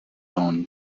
owned